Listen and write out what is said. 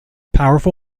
powerful